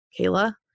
Kayla